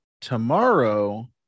tomorrow